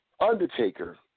Undertaker